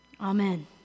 Amen